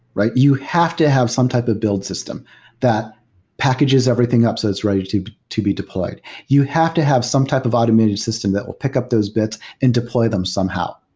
you have to have some type of build system that packages everything up so it's ready to to be deployed. you have to have some type of automated system that will pick up those bits and deploy them somehow.